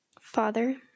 Father